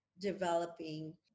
developing